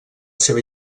seva